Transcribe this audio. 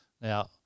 Now